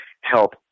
help